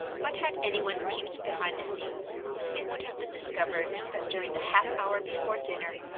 but had any one peeped behind the scenes it would have been discovered that during the half hour before dinner,